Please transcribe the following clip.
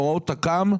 הוראות תק"ם,